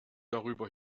darüber